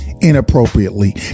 inappropriately